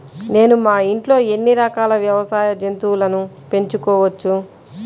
నేను మా ఇంట్లో ఎన్ని రకాల వ్యవసాయ జంతువులను పెంచుకోవచ్చు?